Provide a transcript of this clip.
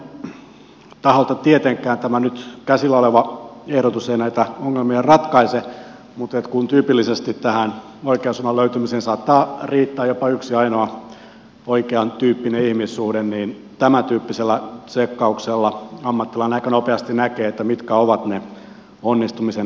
näiden kolmen taholta tietenkään tämä nyt käsillä oleva ehdotus ei näitä ongelmia ratkaise mutta kun tyypillisesti tähän oikean suunnan löytymiseen saattaa riittää jopa yksi ainoa oikeantyyppinen ihmissuhde niin tämäntyyppisellä tsekkauksella ammattilainen aika nopeasti näkee mitkä ovat ne onnistumisen edellytykset